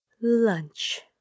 Lunch